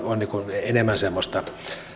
enemmän semmoista